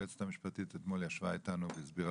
היועצת המשפטית ישבה איתנו אתמול והסבירה